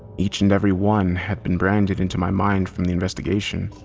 each and every one had been branded into my mind from the investigation.